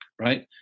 right